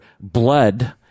blood